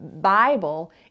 Bible